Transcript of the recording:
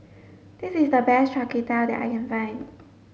this is the best Char Kway Teow that I can find